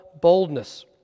boldness